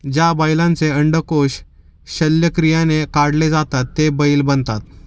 ज्या बैलांचे अंडकोष शल्यक्रियाने काढले जातात ते बैल बनतात